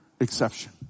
exception